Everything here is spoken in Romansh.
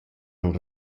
han